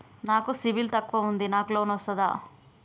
నాకు సిబిల్ తక్కువ ఉంది నాకు లోన్ వస్తుందా?